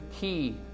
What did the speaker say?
key